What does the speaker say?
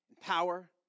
power